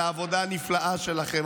על העבודה הנפלאה שלכם,